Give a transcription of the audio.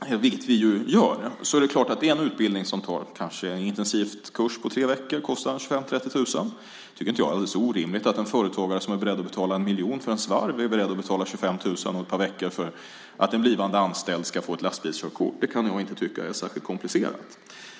Det är en utbildning som tar kanske tre veckor som intensivkurs och kostar 25 000-30 000. Då tycker jag inte att det är alldeles orimligt att en företagare som är beredd att betala 1 miljon för en svarv är beredd att betala 25 000 och ett par veckor för att en blivande anställd ska få ett lastbilskörkort. Det kan jag inte tycka är särskilt komplicerat.